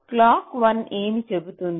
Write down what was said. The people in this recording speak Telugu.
క్లాక్ 1 ఏమి చెబుతుంది